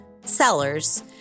sellers